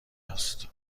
است